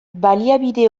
baliabide